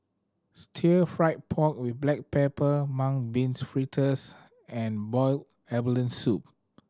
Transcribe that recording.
fry pork with black pepper mung beans fritters and boiled abalone soup